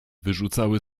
wyrzucały